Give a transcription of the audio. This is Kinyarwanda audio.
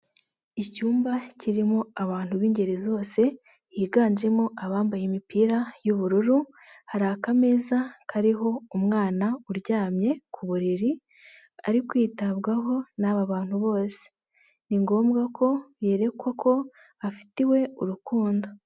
Icyumba kirimo abantu b'ingeri zose higanjemo abambaye imipira y'ubururu, hari akameza kariho umwana uryamye ku buriri, ari kwitabwaho n'aba bantu bose, ni ngombwa ko yerekwa ko afitiwe urukundo.